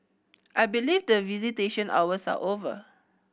I believe the visitation hours are over